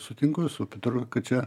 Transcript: sutinku su petru kad čia